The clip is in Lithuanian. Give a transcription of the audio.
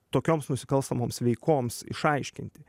tokioms nusikalstamoms veikoms išaiškinti